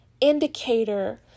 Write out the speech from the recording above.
indicator